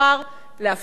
להפסיק את זה.